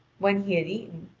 when he had eaten,